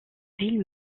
ville